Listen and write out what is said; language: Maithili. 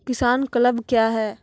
किसान क्लब क्या हैं?